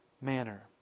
manner